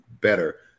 better